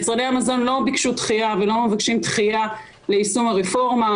יצרני המזון לא ביקשו דחייה ולא מבקשים דחייה ליישום הרפורמה.